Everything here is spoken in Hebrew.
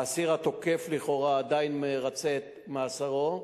האסיר התוקף לכאורה עדיין מרצה את מאסרו,